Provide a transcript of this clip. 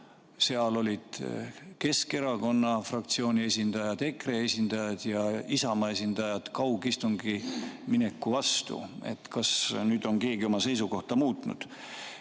Seal olid Keskerakonna fraktsiooni esindajad, EKRE esindajad ja Isamaa esindajad kaugistungile mineku vastu. Kas nüüd on keegi oma seisukohta muutnud?